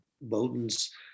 Bowden's